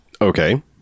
Okay